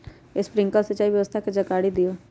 Sprinkler सिंचाई व्यवस्था के जाकारी दिऔ?